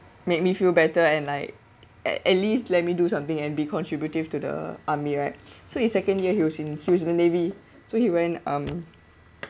make me feel better and like at at least let me do something and be contributive to the army right so in second year he was in he was in the navy so he went um